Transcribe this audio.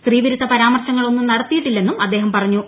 സ്ത്രീവിരുദ്ധ പരാമർശങ്ങളൊന്നും നടത്തിയിട്ടില്ലെന്നും അദ്ദേഹം പറഞ്ഞു